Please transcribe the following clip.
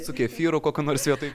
su kefyru kokiu nors vietoj